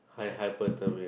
hy~ hyper turbulent